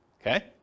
Okay